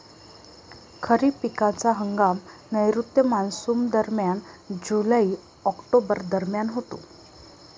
खरीप पिकांचा हंगाम नैऋत्य मॉन्सूनदरम्यान जुलै ऑक्टोबर दरम्यान होतो